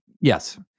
Yes